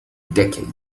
decade